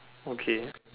okay